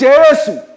Jesus